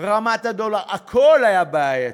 רמת הדולר, הכול היה בעייתי.